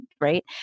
right